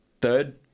third